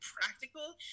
practical